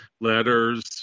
letters